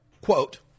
quote